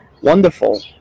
Wonderful